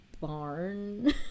barn